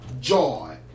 Joy